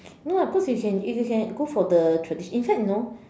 no lah because if you if you can go for the traditional in fact no